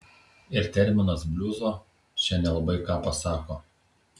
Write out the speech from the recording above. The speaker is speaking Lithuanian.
ir terminas bliuzo čia nelabai ką pasako